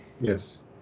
Yes